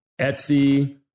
Etsy